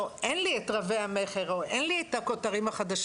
"אין לי את רבי המכר" או "אין לי את הכותרים החדשים"